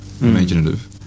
imaginative